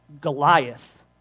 Goliath